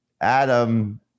Adam